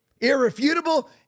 irrefutable